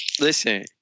Listen